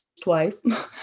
twice